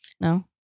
No